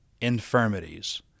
infirmities